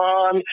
on